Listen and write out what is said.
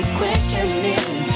questioning